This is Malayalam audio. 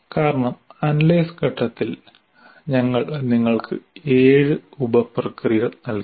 കാരണം അനലൈസ് ഘട്ടത്തിൽ ഞങ്ങൾ നിങ്ങൾക്ക് 7 ഉപപ്രക്രിയകൾ നൽകി